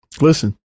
listen